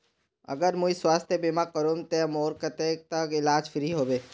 अगर मुई स्वास्थ्य बीमा करूम ते मोर कतेक तक इलाज फ्री होबे?